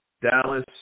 Dallas